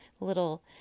little